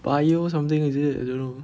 bio something is it I don't know